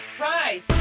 Rise